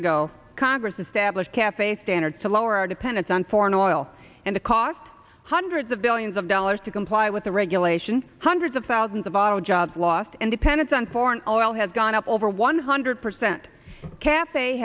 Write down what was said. ago congress established cafe standards to lower our dependence on foreign oil and it caused hundreds of billions of dollars to comply with the regulation hundreds of thousands of auto jobs lost and dependence on foreign oil has gone up over one hundred percent cafe